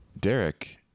Derek